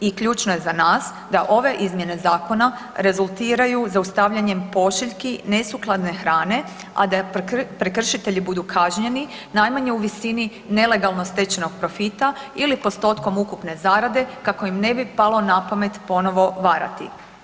I ključno je za nas da ove izmjene zakona rezultiraju zaustavljanjem pošiljki nesukladne hrane, a da prekršitelji budu kažnjeni najmanje u visini nelegalno stečenog profita ili postotkom ukupne zarade kako im ne bi palo napamet ponovo varati.